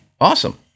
Awesome